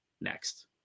next